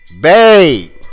Babe